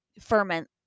ferment